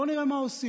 בואו נראה מה עושים.